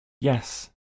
Yes